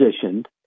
positioned